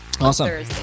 Awesome